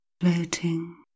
floating